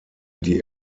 die